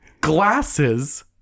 Glasses